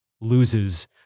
loses